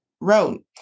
wrote